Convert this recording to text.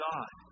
God